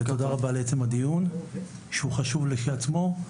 ותודה רבה לעצם הדיון שהוא חשוב לכשעצמו.